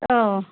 औ